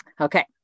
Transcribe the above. Okay